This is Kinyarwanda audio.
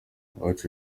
uwacu